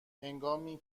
هنگامی